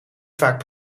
vaak